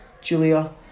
Julia